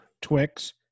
Twix